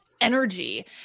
energy